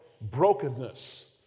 brokenness